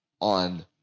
on